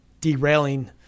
derailing